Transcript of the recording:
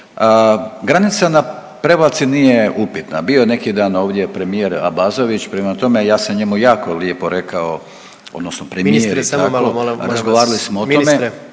Granica na Prevlaci nije upitna, bio je neki dan ovdje premijer Abazović, prema tome ja sam njemu jako lijepo rekao odnosno premijer i tako, razgovarali smo o tome…